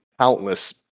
Countless